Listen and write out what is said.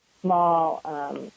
small